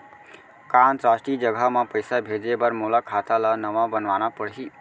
का अंतरराष्ट्रीय जगह म पइसा भेजे बर मोला खाता ल नवा बनवाना पड़ही?